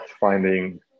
finding